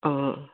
অঁ